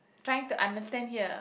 trying to understand here